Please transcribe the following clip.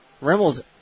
Rimmel's